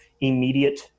immediate